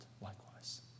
likewise